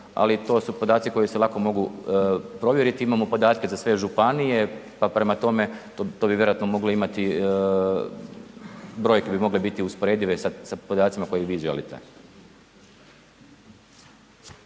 ali to su podaci koji se lako mogu provjeriti. Imamo podatke za sve županije, pa prema tome to bi vjerojatno moglo imati, brojke bi mogle biti usporedive sa podacima koje vi želite.